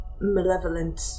malevolent